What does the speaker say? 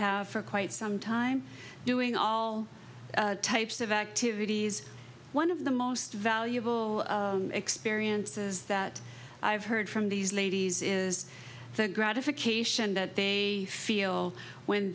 have for quite some time doing all types of activities one of the most valuable experiences that i've heard from these ladies is the gratification that they feel when